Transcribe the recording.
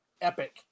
epic